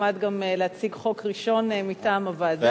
נחמד גם להציג חוק ראשון מטעם הוועדה,